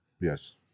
Yes